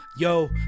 Yo